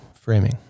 Framing